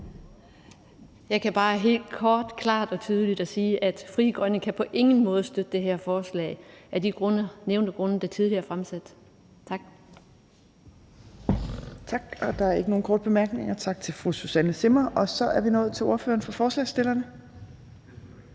Jeg kan bare helt kort, klart og tydeligt sige, at Frie Grønne på ingen måde kan støtte det her forslag, og det er af de grunde, der tidligere er fremsat. Tak. Kl. 14:37 Tredje næstformand (Trine Torp): Tak. Der er ikke nogen korte bemærkninger, så tak til fru Susanne Zimmer. Og så er vi nået til ordføreren for forslagsstillerne.